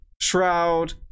Shroud